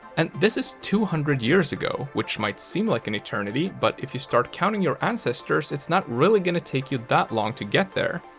and this is two hundred years ago, which might seem like an eternity, but if you start counting your ancestors, it's not really gonna take you that long to get there.